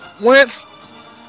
Wentz